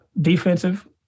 Defensive